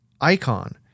icon